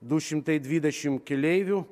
du šimtai dvidešim keleivių